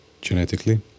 Genetically